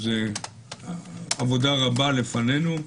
עבודה רבה לפנינו,